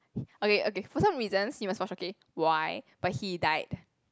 okay okay for some reasons you must watch okay why but he died